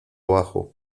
bajo